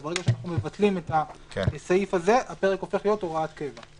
אז ברגע שאנחנו מבטלים את הסעיף הזה הפרק הופך להיות הוראת קבע.